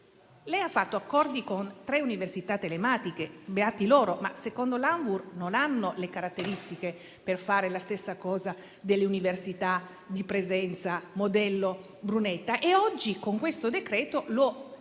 Lei ha fatto accordi con tre università telematiche - beate loro - ma, secondo l'ANVUR, non hanno le caratteristiche per fare le stesse cose delle università in presenza sul modello Brunetta. Oggi con il decreto in esame